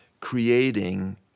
creating